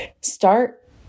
start